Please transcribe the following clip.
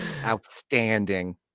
Outstanding